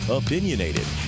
opinionated